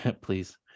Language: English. please